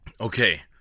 Okay